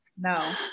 No